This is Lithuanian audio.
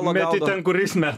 meti ten kur jis met